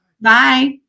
Bye